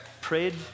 prayed